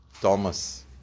Thomas